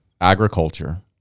agriculture